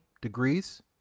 degrees